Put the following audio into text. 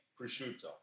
prosciutto